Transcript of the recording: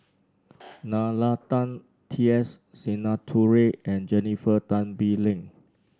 Nalla Tan T S Sinnathuray and Jennifer Tan Bee Leng